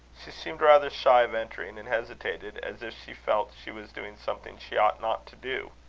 she seemed rather shy of entering, and hesitated, as if she felt she was doing something she ought not to do.